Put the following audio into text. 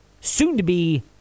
soon-to-be